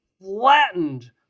flattened